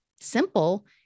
simple